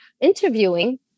interviewing